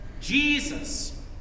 Jesus